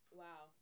wow